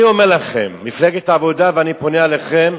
אני אומר לכם, מפלגת העבודה, ואני פונה אליכם,